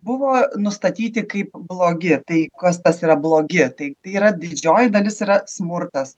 buvo nustatyti kaip blogi tai kas tas yra blogi tai yra didžioji dalis yra smurtas